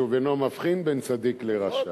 שוב אינו מבחין בין צדיק לרשע.